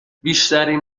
بیشترین